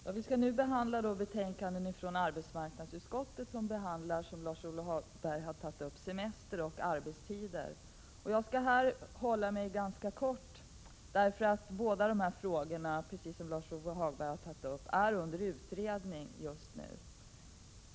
Herr talman! Vi behandlar nu betänkanden från arbetsmarknadsutskottet som gäller semester och arbetstider, som Lars-Ove Hagberg sade. Jag skall vara ganska kortfattad, därför att båda dessa frågor är just nu under utredning, som Lars-Ove Hagberg nämnde.